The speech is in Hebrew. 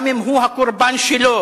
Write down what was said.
גם אם הוא הקורבן שלו,